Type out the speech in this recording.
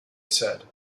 said